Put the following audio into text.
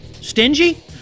Stingy